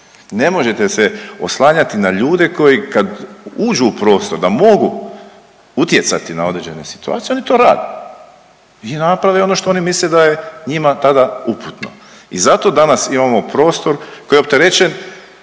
Ne možete se oslanjati na ljude koji kad uđu prostor da mogu utjecati na određene situacije oni to rade i naprave ono što oni misle da je njima tada uputno. I zato danas imamo prostor koji je opterećen